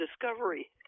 discovery